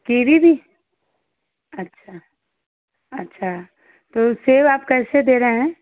kiwi भी अच्छा अच्छा तो सेब् आप कैसे दे रहे हैं